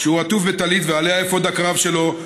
כשהוא עטוף בטלית ועליה אפוד הקרב שלו,